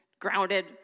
grounded